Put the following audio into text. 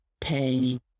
pay